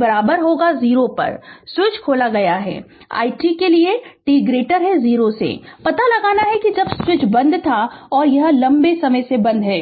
switch खोला गया है I t के लिए t 0 पता लगाना है कि स्विच बंद था और लंबे समय से बंद है